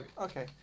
okay